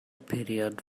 period